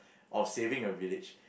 of saving a village